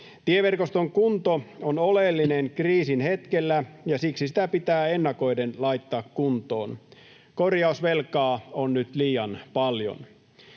Tieverkoston kunto on oleellinen kriisin hetkellä, ja siksi sitä pitää ennakoiden laittaa kuntoon. Korjausvelkaa on nyt liian paljon.